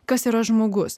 kas yra žmogus